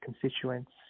constituents